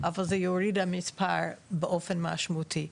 אבל זה יוריד את המספר באופן משמעותי.